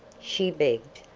she begged,